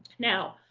now,